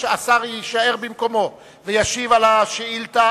השר יישאר במקומו וישיב על השאילתא